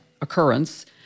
occurrence